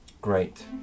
Great